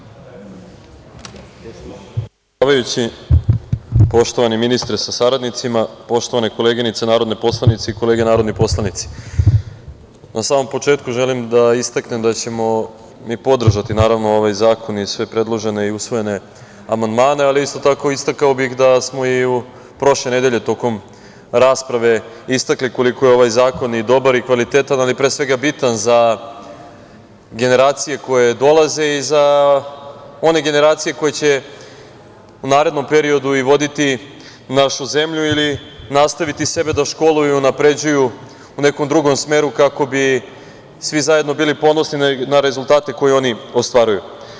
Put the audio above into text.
Poštovani predsedavajući, poštovani ministre sa saradnicima, poštovane koleginice narodne poslanice i kolege narodni poslanici, na samom početku želim da istaknem da ćemo mi podržati ovaj zakon i sve predložene i usvojene amandmane, ali, isto tako, istakao bih da smo i prošle nedelje, tokom rasprave istakli koliko je ovaj zakon i dobar i kvalitet, ali pre svega bitan za generacije koje dolaze i za one generacije koje će u narednom periodu voditi našu zemlju ili nastaviti sebe da školuju i unapređuju u nekom drugom smeru, kako bi svi zajedno bili ponosni na rezultate koje oni ostvaruju.